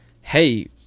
hey